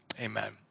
Amen